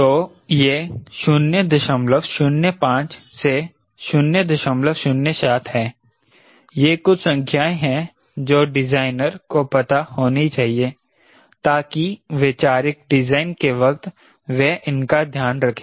तो ये 005 से 007 हैं ये कुछ संख्याएं हैं जो डिजाइनर को पता होनी चाहिए ताकि वैचारिक डिजाइन के वक़्त वह इनका ध्यान रखें